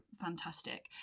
fantastic